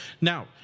Now